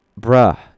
bruh